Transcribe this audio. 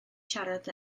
siarad